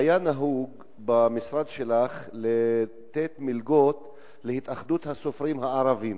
היה נהוג במשרד שלך לתת מלגות להתאחדות הסופרים הערבים.